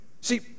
See